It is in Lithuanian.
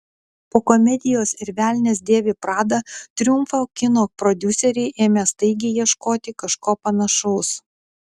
po komedijos ir velnias dėvi pradą triumfo kino prodiuseriai ėmė staigiai ieškoti kažko panašaus